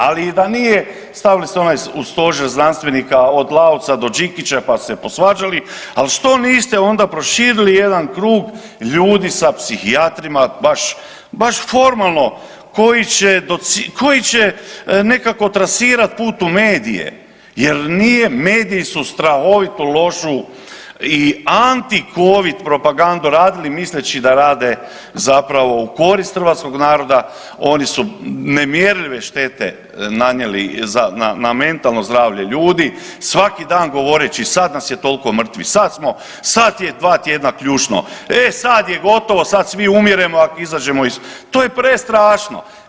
Ali, i da nije, stavili su onaj u Stožer znanstvenika, od Lauca do Đikića pa su se posvađali, ali što niste onda prošili jedan krug ljudi sa psihijatrima baš, baš formalno koji će .../nerazumljivo/... koji će nekako trasirati put u medije jer nije, mediji su strahovito lošu i anticovid propagandu radili misleći da rade zapravo u korist hrvatskog naroda, oni su nemjerljive štete nanijeli na mentalno zdravlje ljudi, svaki dan govoreći sad nas je toliko mrtvih, sad smo, sad je 2 tjedna ključno, e sad je gotovo, sad svi umiremo ako izađemo iz, to je prestrašno.